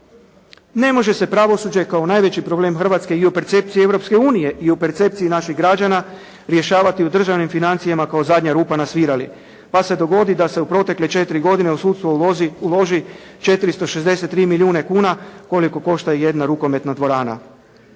Ne može se pravosuđe kao najveći problem Hrvatske i u percepciji Europske unije i u percepciji naših građana rješavati u državnim financijama kao zadnja rupa na svirali. Pa se dogodi da se u protekle 4 godine u sudstvo uloži 463 milijuna kuna koliko košta i jedna rukometna dvorana.